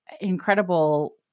incredible